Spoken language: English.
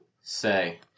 say